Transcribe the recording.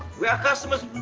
we have customers